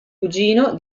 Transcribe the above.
cugino